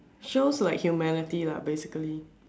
shows like humanity lah basically